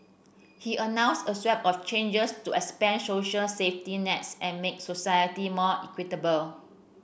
he announced a swathe of changes to expand social safety nets and make society more equitable